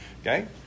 Okay